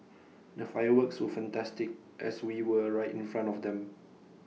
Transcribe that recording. the fireworks were fantastic as we were right in front of them